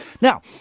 Now